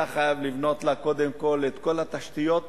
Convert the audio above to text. אתה חייב לבנות לה קודם כול את כל התשתיות,